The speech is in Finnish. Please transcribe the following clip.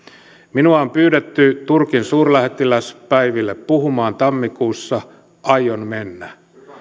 minua on pyydetty turkin suurlähettiläspäiville puhumaan tammikuussa aion mennä